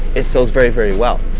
it sells very, very well.